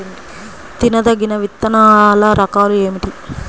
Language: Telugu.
తినదగిన విత్తనాల రకాలు ఏమిటి?